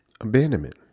abandonment